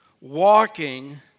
Walking